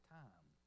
time